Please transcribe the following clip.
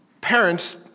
parents